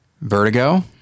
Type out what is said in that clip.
Vertigo